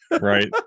right